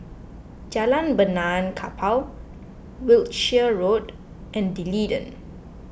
Jalan Benaan Kapal Wiltshire Road and D'Leedon